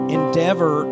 endeavor